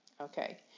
Okay